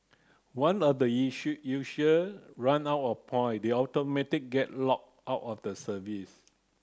one the user run out of point they automatic get locked out of the service